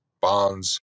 bonds